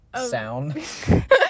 sound